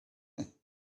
from